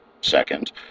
second